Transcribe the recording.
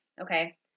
Okay